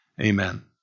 Amen